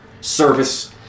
service